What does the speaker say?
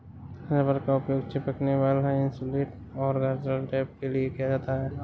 rubber का उपयोग चिपकने वाला इन्सुलेट और घर्षण टेप के लिए किया जाता है